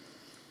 בעזרת השם.